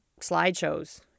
slideshows